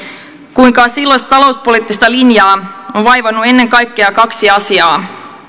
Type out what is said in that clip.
kuinka silloista talouspoliittista linjaa on vaivannut ennen kaikkea kaksi asiaa